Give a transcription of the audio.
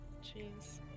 Jeez